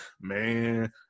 man